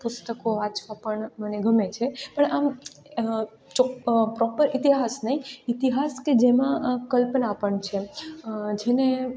પુસ્તકો વાંચવાં પણ મને ગમે છે પણ આમ જો પ્રોપર ઇતિહાસ નહીં ઇતિહાસ કે જેમાં આ કલ્પના પણ છે જેને